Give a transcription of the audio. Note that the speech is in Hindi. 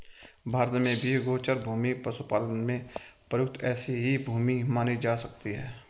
भारत में भी गोचर भूमि पशुपालन में प्रयुक्त ऐसी ही भूमि मानी जा सकती है